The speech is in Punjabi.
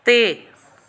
ਅਤੇ